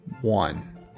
one